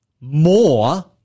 more